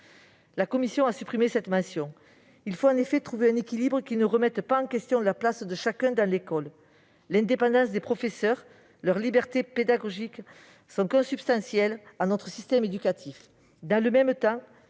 La commission a supprimé cette mention. Il faut en effet trouver un équilibre qui ne remette pas en question la place de chacun dans l'école. L'indépendance des professeurs et leur liberté pédagogique sont consubstantielles à notre système éducatif.